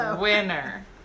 winner